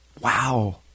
Wow